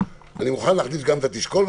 שאני מוכן להכניס גם את ה"תשקול",